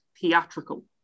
theatrical